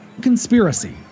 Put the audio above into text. conspiracy